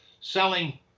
selling